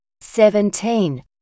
seventeen